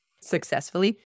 successfully